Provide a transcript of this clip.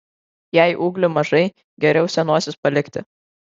jei ūglių mažai geriau senuosius palikti